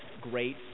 great